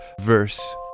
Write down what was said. VERSE